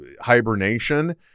hibernation